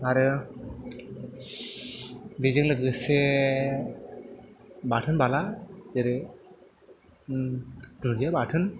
आरो बेजों लोगोसे बाथोन बाला जेरै दुनदिया बाथोन